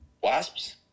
Wasps